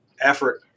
effort